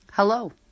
Hello